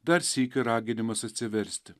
dar sykį raginimas atsiversti